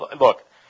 Look